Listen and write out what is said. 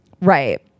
right